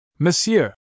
Monsieur